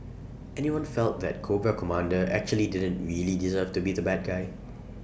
anyone felt that Cobra Commander actually didn't really deserve to be the bad guy